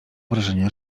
wrażenia